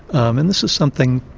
um and this is something,